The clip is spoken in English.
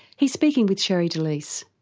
he's speaking with sherre delys.